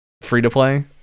free-to-play